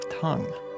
tongue